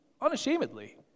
unashamedly